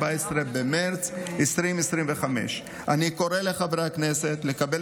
14 במרץ 2025. אני קורא לחברי הכנסת לקבל